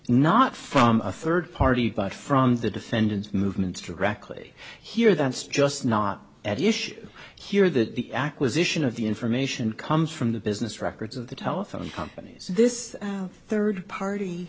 not from a third party but from the defendant's movements directly here that's just not at issue here that the acquisition of the information comes from the business records of the telephone companies this third party